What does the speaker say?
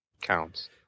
counts